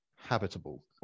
Habitable